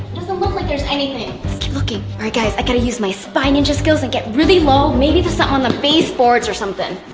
doesn't look like there's anything. let's keep looking. all right guys. i gotta use my spy ninja skills and get really low. maybe there's something on the baseboards or something